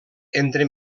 entre